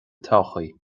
todhchaí